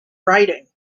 writing